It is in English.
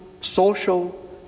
social